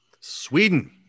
Sweden